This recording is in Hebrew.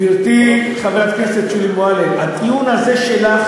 גברתי, חברת הכנסת שולי מועלם, הטיעון הזה שלך,